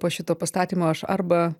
po šito pastatymo aš arba